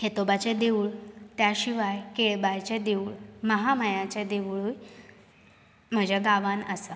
खेतोबाचे देवुळ त्या शिवाय केळबायचे देवुळ महामायाचे देवुळ म्हज्या गांवान आसा